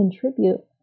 contribute